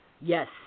Yes